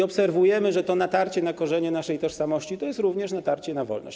Obserwujemy, że to natarcie na korzenie naszej tożsamości to jest również natarcie na wolność.